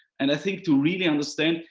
and i think to really understand.